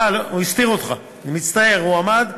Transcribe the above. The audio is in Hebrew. אה, הוא הסתיר אותך, אני מצטער, הוא עמד.